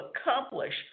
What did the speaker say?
accomplish